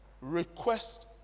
request